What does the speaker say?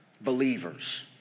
believers